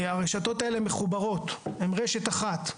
הרשות האלה מחוברות, הן רשת אחת,